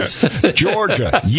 Georgia